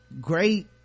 great